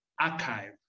archive